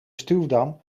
stuwdam